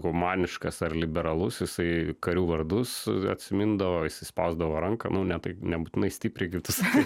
humaniškas ar liberalus jisai karių vardus atsimindavo jisai spausdavo ranką nu ne taip nebūtinai stipriai kaip tu sakai